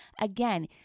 again